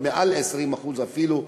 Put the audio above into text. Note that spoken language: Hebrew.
מעל 20% אפילו,